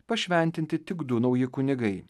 pašventinti tik du nauji kunigai